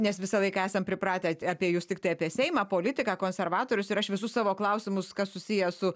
nes visąlaik esam pripratę apie jus tiktai apie seimą politiką konservatorius ir aš visus savo klausimus kas susiję su